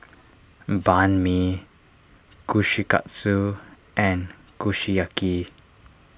Banh Mi Kushikatsu and Kushiyaki